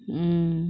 mm